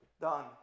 done